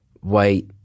white